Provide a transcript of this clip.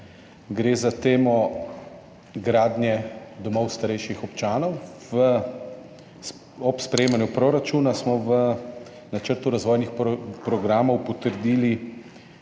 gre za temo gradnje domov starejših občanov. Ob sprejemanju proračuna smo v načrtu razvojnih programov potrdili